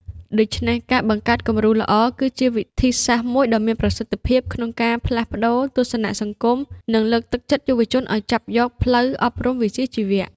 ដូច្នេះ ការបង្កើតគំរូល្អគឺជាវិធីសាស្ត្រមួយដ៏មានប្រសិទ្ធភាពក្នុងការផ្លាស់ប្តូរទស្សនៈសង្គម និងលើកទឹកចិត្តយុវជនឱ្យចាប់យកផ្លូវអប់រំវិជ្ជាជីវៈ។